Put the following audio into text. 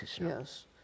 Yes